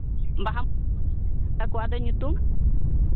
ᱵᱟᱦᱟ ᱟᱫᱚ ᱧᱩᱛᱩᱢ